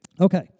Okay